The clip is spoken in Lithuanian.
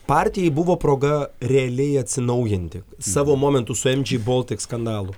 partijai buvo proga realiai atsinaujinti savo momentus su em džy boltik skandalu